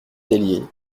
tellier